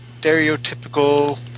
stereotypical